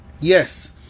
yes